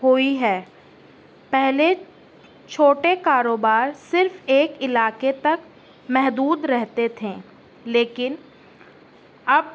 ہوئی ہے پہلے چھوٹے کاروبار صرف ایک علاقے تک محدود رہتے تھے لیکن اب